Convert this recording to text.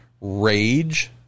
rage